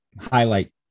highlight